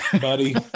buddy